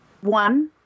One